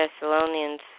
Thessalonians